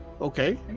okay